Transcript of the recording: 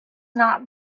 not